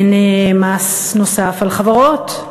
אין מס נוסף על חברות,